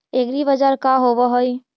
एग्रीबाजार का होव हइ?